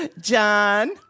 John